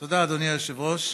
תודה, אדוני היושב-ראש.